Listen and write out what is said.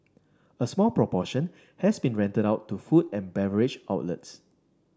a small proportion has been rented out to food and beverage outlets